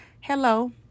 hello